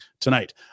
tonight